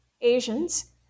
Asians